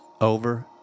over